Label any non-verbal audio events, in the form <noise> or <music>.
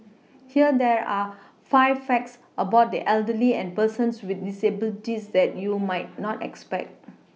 <noise> here there are five facts about the elderly and persons with disabilities that you might not expect